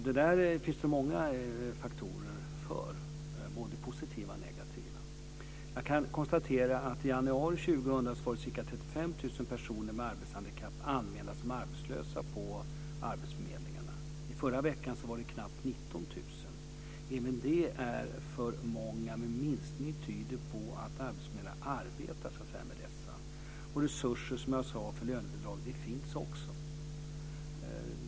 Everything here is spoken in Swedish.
Det finns många faktorer när det gäller detta, både positiva och negativa. Jag kan konstatera att i januari 2000 var det ca 35 000 personer med arbetshandikapp anmälda som arbetslösa på arbetsförmedlingarna. I förra veckan var det knappt 19 000. Även det är för många, men minskningen tyder på att arbetsförmedlare arbetar med dessa. Och resurser för lönebidrag finns också.